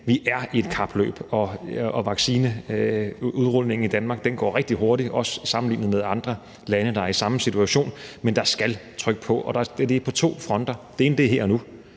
vi er i et kapløb. Vaccineudrulningen i Danmark går rigtig hurtigt, også sammenlignet med andre lande, der er i samme situation, men der skal tryk på, og det er på to fronter. Det ene skridt er her og nu,